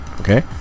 okay